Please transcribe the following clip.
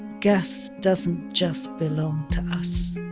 gas doesn't just belong to us